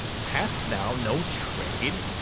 hast thou no trade?